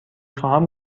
خواهم